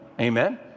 amen